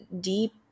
deep